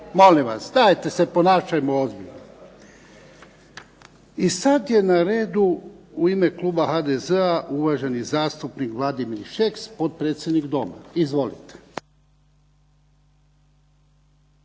Molim vas, dajte se ponašajmo ozbiljno. I sad je na redu u ime kluba HDZ-a uvaženi zastupnik Vladimir Šeks, potpredsjednik Doma. Izvolite.